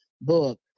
book